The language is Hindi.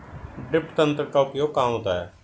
ड्रिप तंत्र का उपयोग कहाँ होता है?